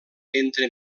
entre